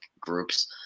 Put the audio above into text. groups